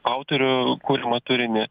autorių kuriamą turinį